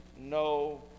no